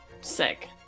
Sick